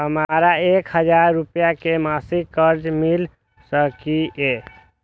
हमरा एक हजार रुपया के मासिक कर्ज मिल सकिय?